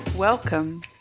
Welcome